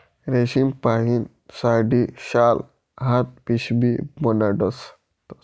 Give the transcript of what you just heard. रेशीमपाहीन साडी, शाल, हात पिशीबी बनाडतस